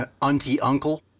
auntie-uncle